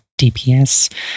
DPS